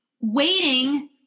waiting